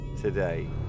today